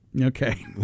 Okay